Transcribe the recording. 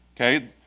okay